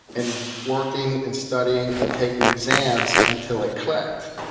and working and studying and taking exams until it clicked.